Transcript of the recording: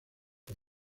con